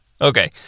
Okay